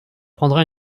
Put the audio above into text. prendra